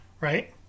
right